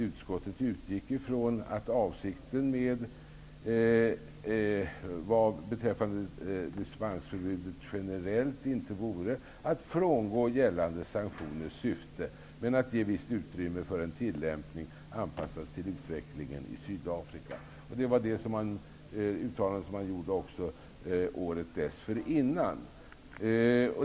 Utskottet utgick ifrån att avsikten med dispensgivningen inte vore att frångå gällande sanktioners syfte men att ge visst utrymme för en tillämpning anpassad till utvecklingen i Sydafrika. Det uttalandet gjordes också året dessförinnan.